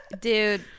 dude